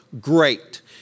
great